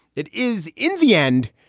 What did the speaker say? it is, in the end,